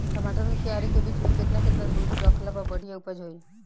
टमाटर के क्यारी के बीच मे केतना केतना दूरी रखला पर बढ़िया उपज होई?